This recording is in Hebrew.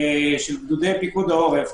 של גדודי פיקוד העורף,